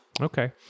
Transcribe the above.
Okay